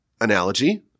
analogy